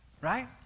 Right